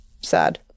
sad